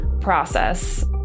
process